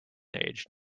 age